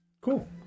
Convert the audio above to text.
Cool